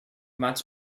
much